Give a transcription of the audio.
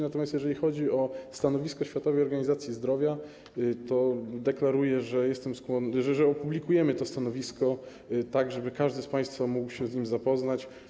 Natomiast jeżeli chodzi o stanowisko Światowej Organizacji Zdrowia, to deklaruję, że opublikujemy to stanowisko, tak żeby każdy z państwa mógł się z nim zapoznać.